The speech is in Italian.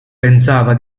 pensava